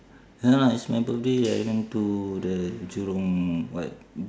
ya lah it's my birthday I went to the jurong what